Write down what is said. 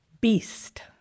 Beast